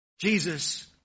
Jesus